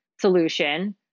solution